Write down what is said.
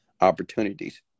opportunities